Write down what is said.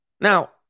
Now